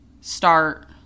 start